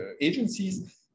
agencies